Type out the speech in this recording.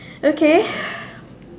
okay